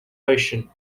ocean